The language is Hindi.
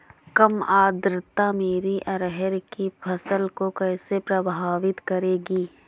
कम आर्द्रता मेरी अरहर की फसल को कैसे प्रभावित करेगी?